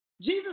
Jesus